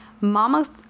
Mama's